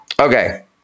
Okay